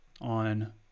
on –